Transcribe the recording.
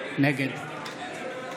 נגד